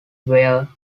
were